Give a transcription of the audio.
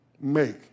make